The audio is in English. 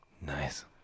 Nice